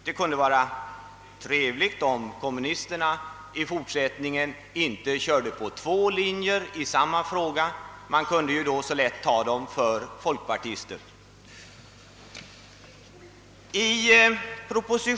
Det kunde vara trevligt om kommunisterna i fortsättningen inte förde fram två linjer i samma fråga, eftersom man då lätt kan ta dem för folkpartister.